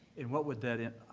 and what would that and